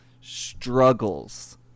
struggles